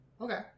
Okay